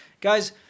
guys